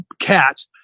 cat